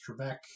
Trebek